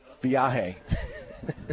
Viaje